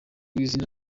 izina